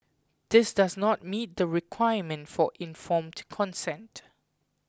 this does not meet the requirement for informed consent